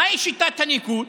מהי שיטת הניקוד?